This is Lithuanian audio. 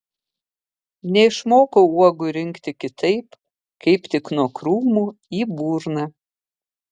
neišmokau uogų rinkti kitaip kaip tik nuo krūmų į burną